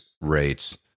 rates